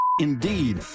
Indeed